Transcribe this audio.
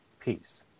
peace